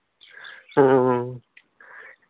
ᱦᱮᱸ